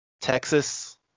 Texas